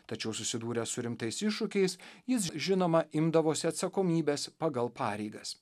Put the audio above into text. tačiau susidūręs su rimtais iššūkiais jis žinoma imdavosi atsakomybės pagal pareigas